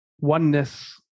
oneness